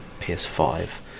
PS5